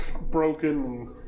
broken